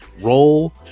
roll